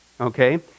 Okay